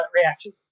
reaction